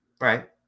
Right